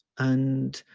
and